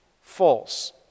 false